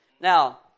Now